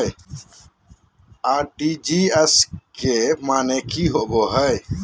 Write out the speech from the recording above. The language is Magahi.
आर.टी.जी.एस के माने की होबो है?